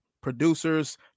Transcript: producers